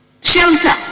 Shelter